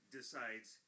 decides